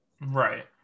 Right